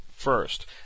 First